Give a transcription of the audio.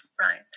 Right